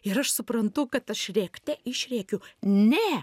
ir aš suprantu kad aš rėkte išrėkiu ne